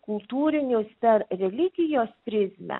kultūrinius ar religijos prizmę